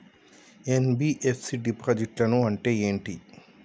NBFC డిపాజిట్లను అంటే ఏంటి?